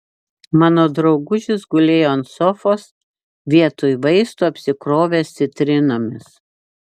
mano draugužis gulėjo ant sofos vietoj vaistų apsikrovęs citrinomis